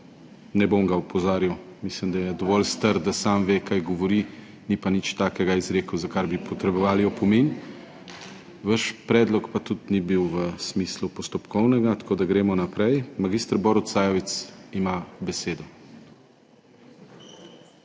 ne bom ga opozarjal. Mislim, da je dovolj star, da sam ve kaj govori, ni pa nič takega izrekel za kar bi potrebovali opomin. Vaš predlog pa tudi ni bil v smislu postopkovnega, tako da gremo naprej. Mag. Borut Sajovic ima besedo.